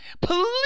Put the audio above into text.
Please